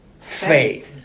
Faith